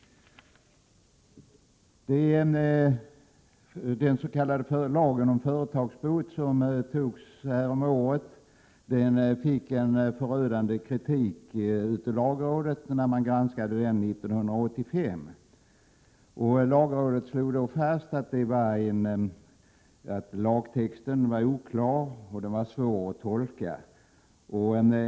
Lagen om företagsbot, som antogs häromåret, fick en förödande kritik av lagrådet vid dess granskning 1985. Lagrådet slog då fast att lagtexten var oklar och svår att tolka.